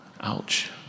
ouch